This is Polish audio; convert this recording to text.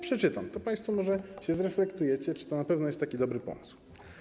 Przeczytam, to państwo może się zreflektujecie, czy to na pewno jest taki dobry pomysł.